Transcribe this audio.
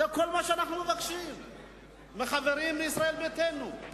זה כל מה שאנחנו מבקשים מהחברים בישראל ביתנו.